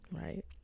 Right